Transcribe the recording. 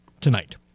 tonight